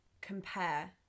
compare